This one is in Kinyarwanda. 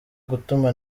gutuma